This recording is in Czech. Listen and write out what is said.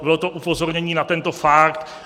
Bylo to upozornění na tento fakt.